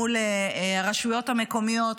מול הרשויות המקומיות,